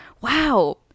wow